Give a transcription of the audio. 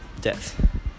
death